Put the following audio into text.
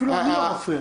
אפילו אני לא מפריע.